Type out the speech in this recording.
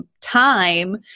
time